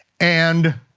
and